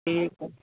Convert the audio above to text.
ठीकु आहे